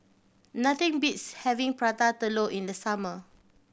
nothing beats having Prata Telur in the summer